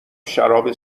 شراب